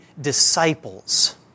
disciples